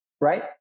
Right